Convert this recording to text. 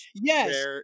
Yes